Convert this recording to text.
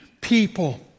people